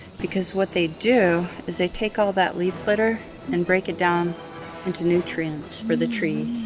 because what they do is they take all that leaf litter and break it down into nutrients for the trees.